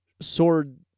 sword